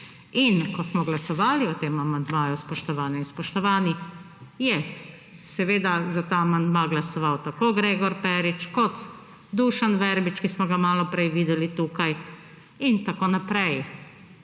In ko smo glasovali o tem amandmaju, spoštovane in spoštovani, je seveda za ta amandma glasoval tako Gregor Perič, kot Dušan Verbič, ki smo ga malo prej videli tukaj, in tako naprej.